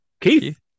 Keith